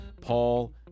Paul